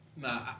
Nah